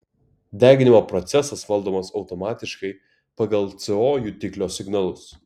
deginimo procesas valdomas automatiškai pagal co jutiklio signalus